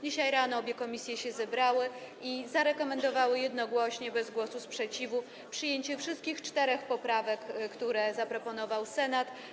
Dzisiaj rano obie komisje się zebrały i zarekomendowały jednogłośnie, bez głosu sprzeciwu, przyjęcie wszystkich czterech poprawek, które zaproponował Senat.